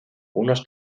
unos